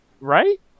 Right